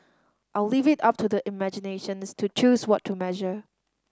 I'll leave it up to their imaginations to choose what to measure